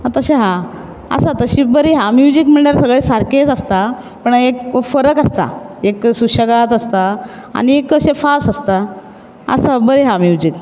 तशें आहा आसा तशी बरी आहा म्यूजिक म्हळ्यार सगळें सारकेच आसता पुण एक फरक आसता एक सुशेगात आसता आनी कशे फास्ट आसता आसा बरी आहा म्यूजिक